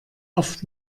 oft